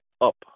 up